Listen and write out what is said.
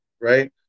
Right